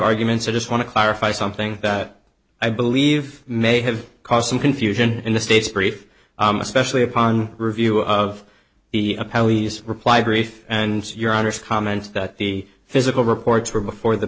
arguments or just want to clarify something that i believe may have caused some confusion in the state's brief especially upon review of the a powys reply brief and to your honor's comments that the physical reports were before the